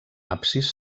absis